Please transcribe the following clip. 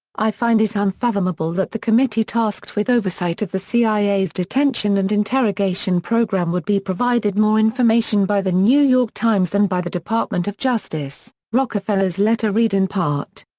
i find it unfathomable that the committee tasked with oversight of the c i a s detention and interrogation program would be provided more information by the new york times than by the department of justice, rockefeller's letter read in part.